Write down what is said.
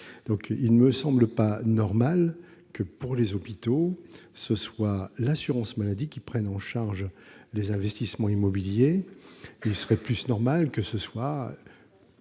Il me semble donc anormal que, pour les hôpitaux, ce soit à l'assurance maladie de prendre en charge les investissements immobiliers. Il serait plus logique que ce soit